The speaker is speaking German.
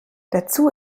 dazu